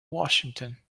washington